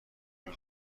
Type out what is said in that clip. جور